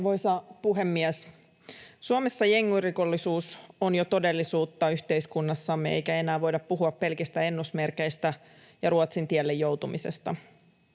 Arvoisa puhemies! Suomessa jengirikollisuus on jo todellisuutta yhteiskunnassamme, eikä enää voida puhua pelkistä ennusmerkeistä ja Ruotsin tielle joutumisesta.